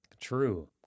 True